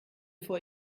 vor